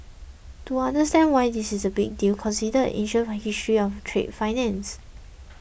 to understand why this is a big deal consider ancient why history of trade finance